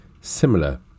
similar